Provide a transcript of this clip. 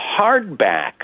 hardback